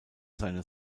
seine